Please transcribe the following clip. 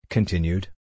Continued